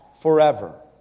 forever